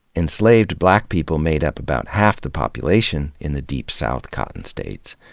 enslaved black people made up about half the population in the deep south cotton states.